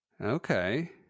Okay